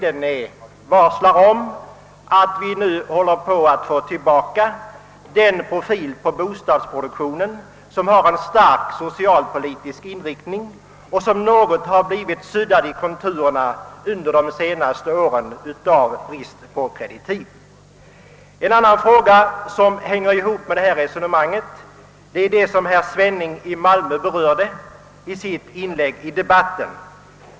Den varslar om att vi nu håller på att få tillbaka den profil på bostadsproduktionen, som har en starkt socialpolitisk prägel och som under de senaste åren i någon mån har blivit suddig i konturerna av brist på kreditiv och kontinuerlighet. En annan fråga, som hänger ihop med detta resonemang, är det som herr Svenning berörde i sitt inlägg.